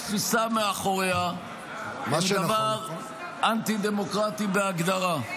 שההצעה הזו וכל התפיסה מאחוריה הם דבר אנטי-דמוקרטי בהגדרה.